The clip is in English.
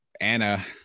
Anna